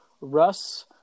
Russ